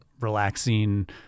relaxing